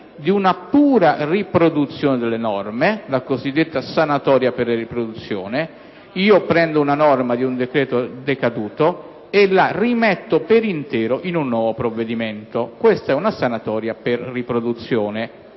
di una pura riproduzione delle norme, la cosiddetta sanatoria per riproduzione: prendo una norma di un decreto decaduto e la rimetto per intero in un nuovo provvedimento. Anche questa non avremmo potuto